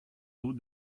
d’eau